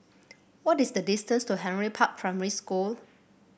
what is the distance to Henry Park Primary School